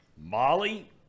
Molly